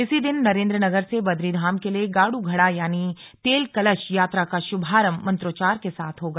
इसी दिन नरेंद्रनगर से बद्री धाम के लिए गाडू घड़ा यानि तेल कलश यात्रा का शुभारंभ मंत्रोच्चार के साथ होगा